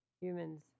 humans